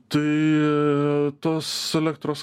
tai tos elektros